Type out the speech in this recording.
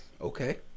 Okay